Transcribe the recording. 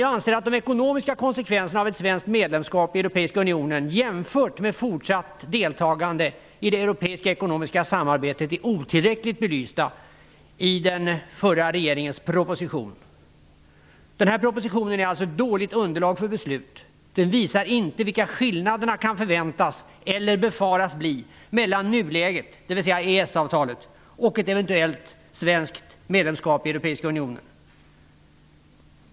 Jag anser att de ekonomiska konsekvenserna av ett svenskt medlemskap i Europeiska unionen jämfört med fortsatt deltagande i det europeiska ekonomiska samarbetet är otillräckligt belysta i den förra regeringens proposition. Den här propositionen är alltså ett dåligt underlag för beslut. Den visar inte vilka skillnaderna kan förväntas eller befaras bli mellan nuläget, med EES-avtalet, och ett eventuellt svenskt medlemskap i Europeiska unionen.